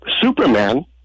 Superman